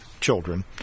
children